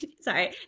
Sorry